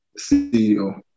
CEO